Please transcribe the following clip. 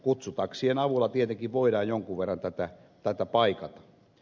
kutsutaksien avulla tietenkin voidaan jonkun verran tätä paikata